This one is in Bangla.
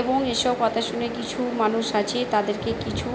এবং এইসব কথা শুনে কিছু মানুষ আছে তাদেরকে কিছু